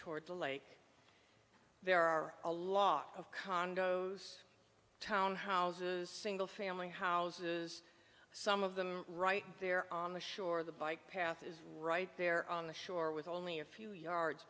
toward the lake there are a lot of condos townhouses single family houses some of them right there on the shore the bike path is right there on the shore with only a few yards